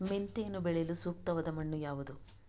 ಮೆಂತೆಯನ್ನು ಬೆಳೆಯಲು ಸೂಕ್ತವಾದ ಮಣ್ಣು ಯಾವುದು?